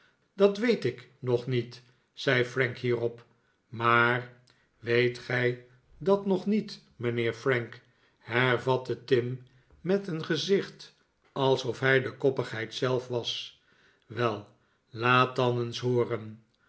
dat weet ik nog niet zei frank hierop maar weet gij dat nog niet mijnheer frank hervatte tim met een gezicht alsof hij de koppigheid zelf was wel laat dan eens hooren